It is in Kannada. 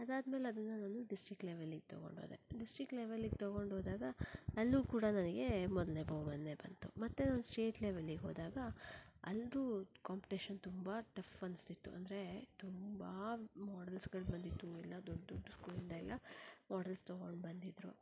ಅದಾದ ಮೇಲೆ ಅದನ್ನು ನಾನು ಡಿಸ್ಟ್ರಿಕ್ಟ್ ಲೆವೆಲ್ಲಿಗೆ ತೊಗೊಂಡು ಹೋದೆ ಡಿಸ್ಟ್ರಿಕ್ಟ್ ಲೆವೆಲ್ಲಿಗೆ ತೊಗೊಂಡು ಹೋದಾಗ ಅಲ್ಲೂ ಕೂಡ ನನಗೆ ಮೊದಲನೆಯ ಬಹುಮಾನಾನೇ ಬಂತು ಮತ್ತೆ ನಾನು ಸ್ಟೇಟ್ ಲೆವೆಲ್ಲಿಗೆ ಹೋದಾಗ ಅಲ್ಲಂತೂ ಕಾಂಪಿಟೇಶನ್ ತುಂಬ ಟಫ್ ಅನ್ಸ್ತಿತ್ತು ಅಂದರೆ ತುಂಬ ಮಾಡಲ್ಸ್ಗಳು ಬಂದಿತ್ತು ಎಲ್ಲ ದೊಡ್ಡ ದೊಡ್ಡ ಸ್ಕೂಲಿಂದ ಎಲ್ಲ ಮಾಡೆಲ್ಸ್ ತೊಗೊಂಡು ಬಂದಿದ್ದರು